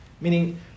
Meaning